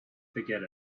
forget